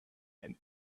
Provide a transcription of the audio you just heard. and